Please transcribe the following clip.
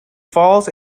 falls